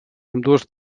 ambdues